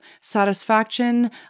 satisfaction